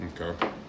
Okay